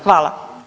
Hvala.